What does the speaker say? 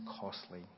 costly